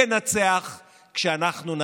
כל אחד והמחאה שלו.